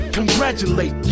congratulate